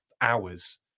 hours